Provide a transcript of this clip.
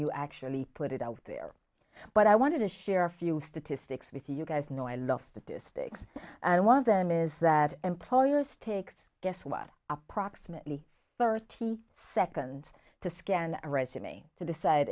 you actually put it out there but i wanted to share a few statistics with you guys know i love statistics and one of them is that employers takes guess what approximately thirty seconds to scan arrested me to decide